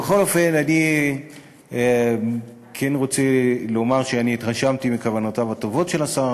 בכל אופן אני כן רוצה לומר שאני התרשמתי מכוונותיו הטובות של השר